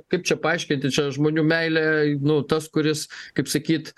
kaip čia paaiškinti čia žmonių meilė nu tas kuris kaip sakyt